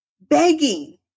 begging